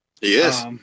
Yes